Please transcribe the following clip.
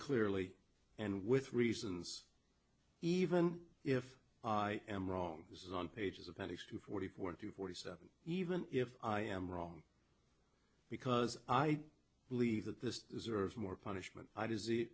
clearly and with reasons even if i am wrong this is on pages appendix to forty four to forty seven even if i am wrong because i believe that this is a more punishment i